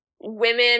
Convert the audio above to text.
women